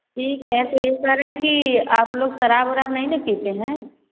ठीक है तो यह कह रहे हैं कि आप लोग शराब वराब नहीं न पीते हैं